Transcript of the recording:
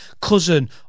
cousin